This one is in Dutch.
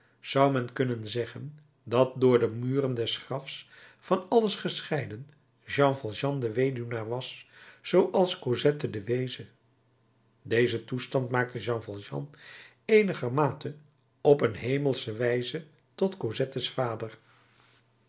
zou men kunnen zeggen dat door de muren des grafs van alles gescheiden jean valjean de weduwnaar was zooals cosette de weeze deze toestand maakte jean valjean eenigermate op hemelsche wijze tot cosettes vader